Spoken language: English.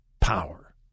Power